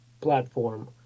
platform